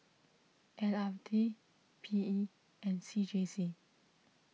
L R T P E and C J C